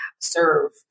serve